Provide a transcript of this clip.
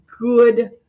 good